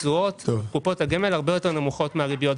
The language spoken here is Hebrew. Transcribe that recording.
התשואות של קופות הגמל הרבה יותר נמוכות מהריביות.